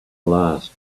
last